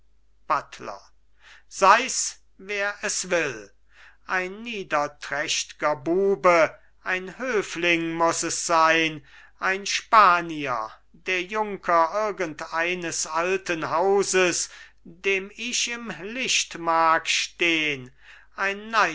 buttler seis wer es will ein niederträchtger bube ein höfling muß es sein ein spanier der junker irgend eines alten hauses dem ich im licht mag stehn ein